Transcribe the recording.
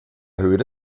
höhle